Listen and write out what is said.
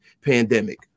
pandemic